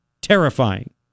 terrifying